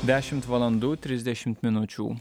dešimt valandų trisdešimt minučių